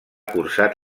cursat